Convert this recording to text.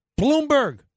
Bloomberg